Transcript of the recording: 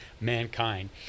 mankind